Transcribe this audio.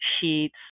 Sheets